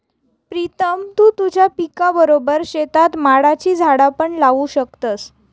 प्रीतम तु तुझ्या पिकाबरोबर शेतात माडाची झाडा पण लावू शकतस